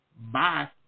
Bye